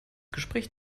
gespräch